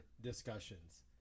discussions